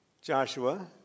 Joshua